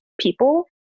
people